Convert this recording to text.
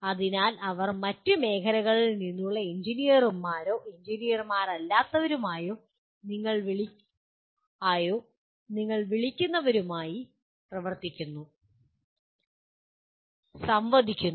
അതിനാൽ അവർ നിങ്ങൾ പറയുന്ന മറ്റ് മേഖലകളിൽ നിന്നുള്ള എഞ്ചിനീയർമാരുമായോ എഞ്ചിനീയർമാരല്ലാത്തവരുമായോ പ്രവർത്തിക്കുന്നു സംവദിക്കുന്നു